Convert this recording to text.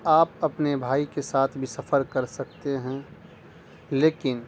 آپ اپنے بھائی کے ساتھ بھی سفر کر سکتے ہیں لیکن